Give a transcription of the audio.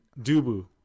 dubu